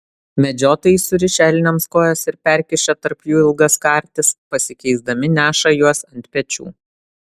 medžiotojai surišę elniams kojas ir perkišę tarp jų ilgas kartis pasikeisdami neša juos ant pečių